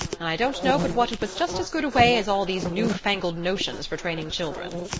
and i don't know but what it was just as good a way as all these new-fangled notions for training children.